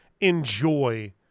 enjoy